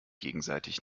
gegenseitig